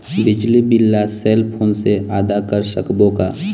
बिजली बिल ला cell phone से आदा कर सकबो का?